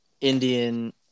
Indian